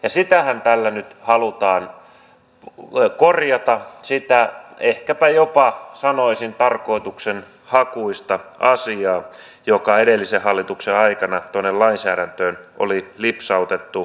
sitähän tällä nyt halutaan korjata sitä ehkäpä jopa sanoisin tarkoituksenhakuista asiaa joka edellisen hallituksen aikana tuonne lainsäädäntöön oli lipsautettu mukaan